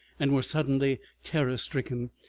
and were suddenly terror-stricken,